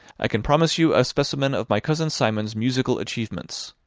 i can promise you a specimen of my cousin simon's musical achievements.